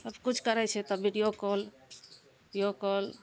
सब किछु करै छै तब वीडियो कॉल वीडियो कॉल